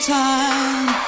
time